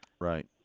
Right